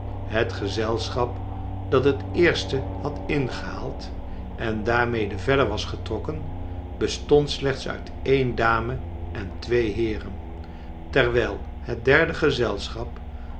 het gezelschap dat het eerste had ingehaald en daarrnede verder was getrokken bestond slechts uit een dame en twee heeren terwrjl het derde gezelschap